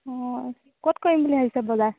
অঁ ক'ত কৰিম বুলি ভাবিছে বজাৰ